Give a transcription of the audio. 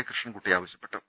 കൃഷ്ണൻകുട്ടി ആവശ്യപ്പെട്ടു